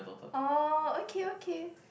oh okay okay